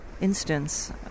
instance